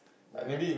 ya